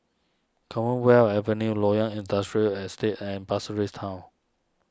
Commonwealth Avenue Loyang Industrial Estate and Pasir Ris Town